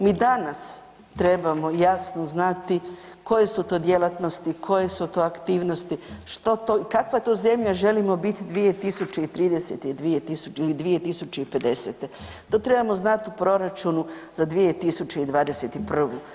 Mi danas trebamo jasno znati koje su to djelatnosti, koje su to aktivnosti, kakva to zemlja želimo biti 2030. ili 2050., to trebamo znati u proračunu za 2021.